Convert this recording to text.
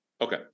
Okay